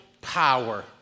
power